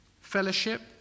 fellowship